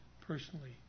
personally